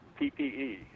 PPE